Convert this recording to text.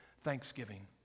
Thanksgiving